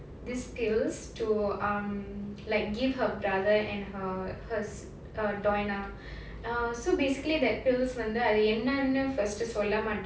these pills to um like give her brother and her her doina uh so basically that pill வந்து என்னனு:vanthu ennaanu friends டு சொல்லமாட்டாங்க:tu sollamaataanga